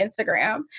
Instagram